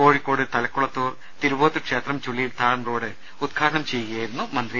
കോഴിക്കോട് തലക്കുളത്തൂർ തിരുവോത്ത് ക്ഷേത്രം ചുള്ളിയിൽ താഴം റോഡ് ഉദ്ഘാടനം ചെയ്യുകയായിരുന്നു മന്ത്രി